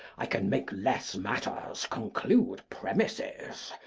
i can make less matters conclude premises.